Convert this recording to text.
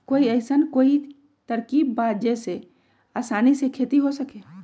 कोई अइसन कोई तरकीब बा जेसे आसानी से खेती हो सके?